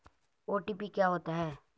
OTP क्या होता है?